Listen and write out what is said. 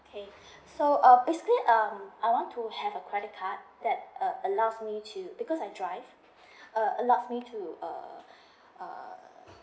okay so uh basically um I want to have a credit card that uh allows me to because I drive uh allows me to uh uh